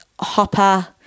Hopper